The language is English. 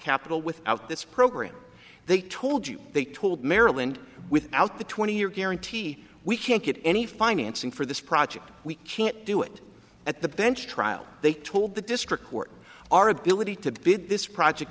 capital without this program they told you they told maryland without the twenty year guarantee we can't get any financing for this project we can't do it at the bench trial they told the district court our ability to bid this project